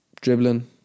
dribbling